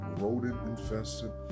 rodent-infested